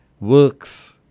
works